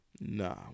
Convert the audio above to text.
Nah